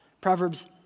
Proverbs